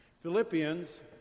Philippians